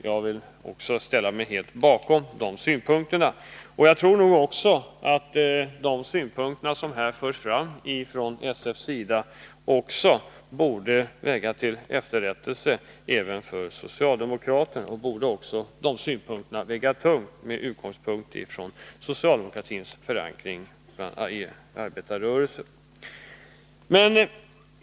Jag vill ställa mig helt bakom de synpunkterna. Och jag tycker nog också att de borde gälla socialdemokraterna och väga tungt där, mot bakgrund av socialdemokratins förankring i arbetarrörelsen.